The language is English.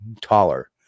taller